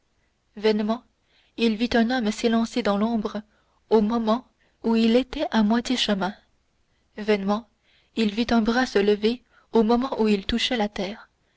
vainement il vit un homme s'élancer dans l'ombre au moment où il était à moitié chemin vainement il vit un bras se lever au moment où il touchait la terre